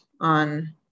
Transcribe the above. on